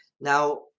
Now